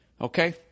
Okay